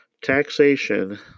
taxation